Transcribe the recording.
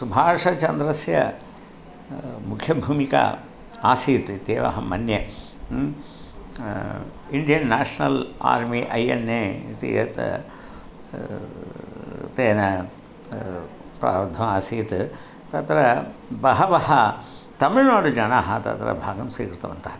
सुभाषचन्द्रस्य मुख्यभूमिका आसीत् इत्येव अहं मन्ये Indian National Army I N A इति यत् तेन प्रारब्धमासीत् तत्र बहवः तमिल्नाडुजनाः तत्र भागं स्वीकृतवन्तः